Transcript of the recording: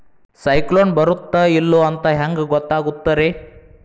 ಸೈಕ್ಲೋನ ಬರುತ್ತ ಇಲ್ಲೋ ಅಂತ ಹೆಂಗ್ ಗೊತ್ತಾಗುತ್ತ ರೇ?